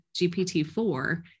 GPT-4